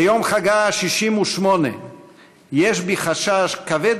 ביום חגה ה-68 של הכנסת יש בי חשש כבד